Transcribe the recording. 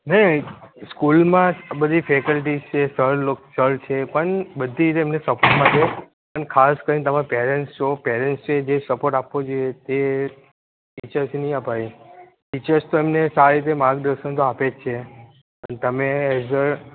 નહીં સ્કૂલમાં આ બધી ફેકલ્ટીસ છે સર લોક સર છે પણ બધી રીતે એમને સપોર્ટ માટે આમ ખાસ કરીને તેમને પેરેન્ટ્સો પેરેન્ટ્સને જે સપોર્ટ આપવો જોઈએ તે ટીચર્સથી નહીં અપાય ટીચર્સ તો એમને સારી રીતે માર્ગદર્શન તો આપે જ છે અને તમે એઝ અ